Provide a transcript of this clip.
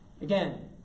Again